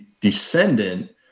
descendant